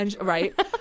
Right